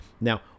Now